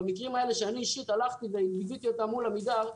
במקרים האלה שאני אישית הלכתי וליוויתי אותם מול עמידר,